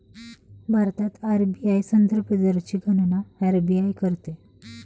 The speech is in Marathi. भारतात आर.बी.आय संदर्भ दरची गणना आर.बी.आय करते